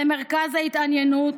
למרכז ההתעניינות,